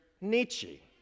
Nietzsche